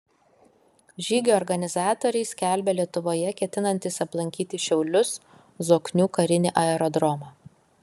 žygio organizatoriai skelbia lietuvoje ketinantys aplankyti šiaulius zoknių karinį aerodromą